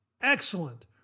Excellent